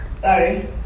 Sorry